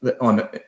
on